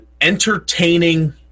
entertaining